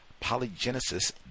polygenesis